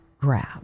grab